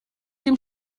dem